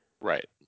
Right